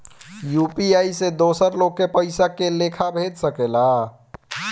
UPI से दोसर लोग के पइसा के लेखा भेज सकेला?